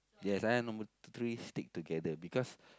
yes I and number three stick together because